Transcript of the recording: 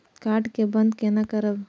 Card के बन्द केना करब?